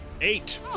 Eight